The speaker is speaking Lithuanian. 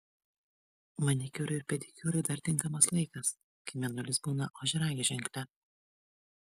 manikiūrui ir pedikiūrui dar tinkamas laikas kai mėnulis būna ožiaragio ženkle